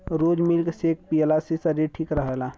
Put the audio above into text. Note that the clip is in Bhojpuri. रोज मिल्क सेक पियला से शरीर ठीक रहेला